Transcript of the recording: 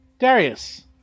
Darius